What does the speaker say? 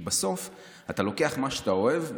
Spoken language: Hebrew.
כי בסוף אתה לוקח מה שאתה אוהב מהמדינה.